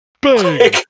Bang